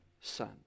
son